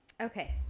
Okay